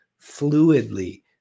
fluidly